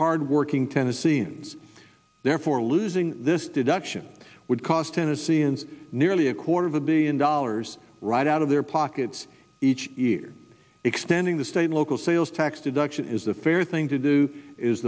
hardworking tennis scenes therefore losing this deduction would cost tennesseeans nearly a quarter of a billion dollars right out of their pockets each year extending the state local sales tax deduction is the fair thing to do is